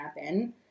happen